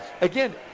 Again